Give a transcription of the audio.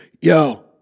yo